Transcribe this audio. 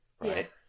right